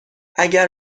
اگر